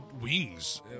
wings